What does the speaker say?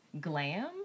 glam